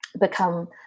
become